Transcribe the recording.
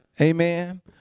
Amen